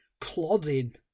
plodding